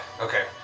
Okay